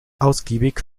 ausgiebig